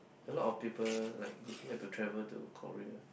a lot of peoples like look like to travel to Korea